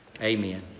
Amen